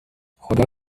خدا